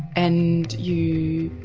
and you